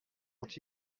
ont